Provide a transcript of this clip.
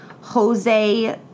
Jose